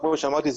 כמו שאמרתי,